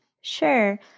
Sure